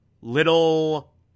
little